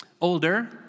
older